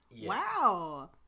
wow